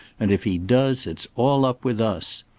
and if he does, it's all up with us.